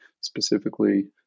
specifically